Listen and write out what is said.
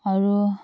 আৰু